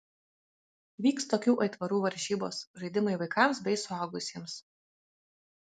vyks tokių aitvarų varžybos žaidimai vaikams bei suaugusiems